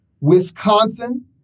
Wisconsin